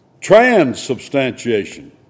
transubstantiation